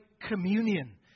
communion